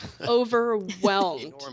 overwhelmed